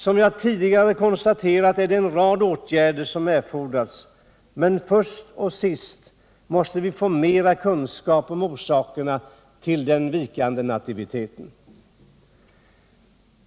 Som jag tidigare konstaterat är det en rad åtgärder som erfordras, men först och sist måste vi få mera kunskaper om orsakerna till den vikande nativiteten.